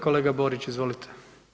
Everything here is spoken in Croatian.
Kolega Borić, izvolite.